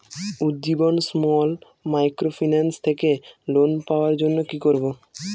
Ujjivan small microfinance থেকে loan পাওয়ার জন্য কি করব?